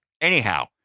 Anyhow